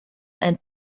and